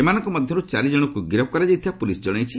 ଏମାନଙ୍କ ମଧ୍ୟରୁ ଚାରି ଜଣଙ୍କୁ ଗିରଫ୍ କରାଯାଇଥିବା ପୁଲିସ୍ ଜଣାଇଛି